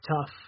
tough